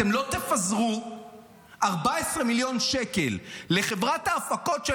אתם לא תפזרו 14 מיליון שקל לחברת ההפקות של